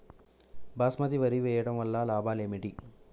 బాస్మతి వరి వేయటం వల్ల లాభాలు ఏమిటి?